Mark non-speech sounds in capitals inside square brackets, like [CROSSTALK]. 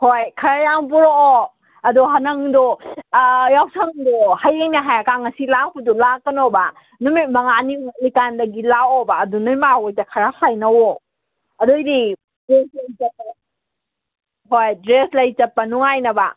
ꯍꯣꯏ ꯈꯔ ꯌꯥꯝꯅ ꯄꯣꯔꯛꯑꯣ ꯑꯗꯣ ꯍꯥ ꯅꯪꯗꯣ ꯌꯥꯎꯁꯪꯗꯣ ꯍꯌꯦꯡꯅꯦ ꯍꯥꯏꯔꯀꯥꯟ ꯉꯁꯤ ꯂꯥꯛꯄꯗꯣ ꯂꯥꯛꯀꯅꯣꯕ ꯅꯨꯃꯤꯠ ꯃꯉꯥꯅꯤꯃꯨꯛ ꯋꯥꯠꯂꯤꯀꯥꯟꯗꯒꯤ ꯂꯥꯛꯑꯣꯕ ꯑꯗꯨ ꯅꯣꯏ ꯃꯥ ꯍꯣꯏꯗ ꯈꯔ ꯍꯥꯏꯅꯧꯋꯣ ꯑꯗꯨ ꯑꯣꯏꯗꯤ [UNINTELLIGIBLE] ꯍꯣꯏ ꯗ꯭ꯔꯦꯁ ꯂꯩ ꯆꯠꯄ ꯅꯨꯡꯉꯥꯏꯅꯕ